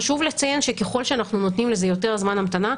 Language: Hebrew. חשוב לציין שככל שאנחנו נותנים לזה יותר זמן המתנה,